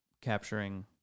capturing